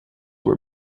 were